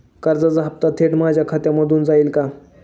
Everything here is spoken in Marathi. कर्जाचा हप्ता थेट माझ्या खात्यामधून जाईल का?